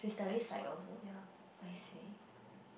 as work